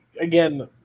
again